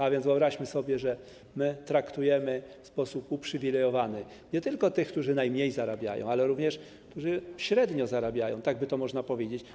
A więc, wyobraźmy to sobie, my traktujemy w sposób uprzywilejowany nie tylko tych, którzy najmniej zarabiają, ale również tych, którzy średnio zarabiają - tak by to można powiedzieć.